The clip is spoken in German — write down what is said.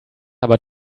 aber